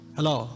Hello